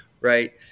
right